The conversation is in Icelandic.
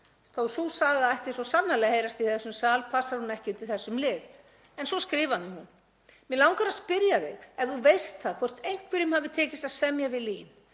Þótt sú saga ætti svo sannarlega að heyrast í þessum sal passar hún ekki undir þessum lið. En svo skrifar hún: Mig langar að spyrja þig ef þú veist hvort einhverjum hafi tekist að semja við LÍN.